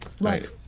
Right